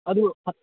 ꯑꯗꯨ